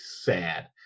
sad